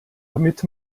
damit